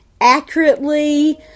accurately